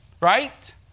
right